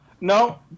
No